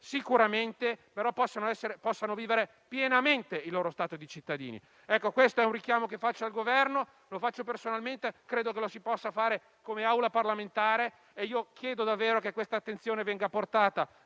sicuramente e pienamente il loro stato di cittadini. È un richiamo che faccio al Governo, lo faccio personalmente e credo che lo si possa fare come Aula parlamentare. Chiedo davvero che questa attenzione venga portata